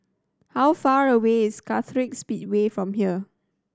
how far away is Kartright Speedway from here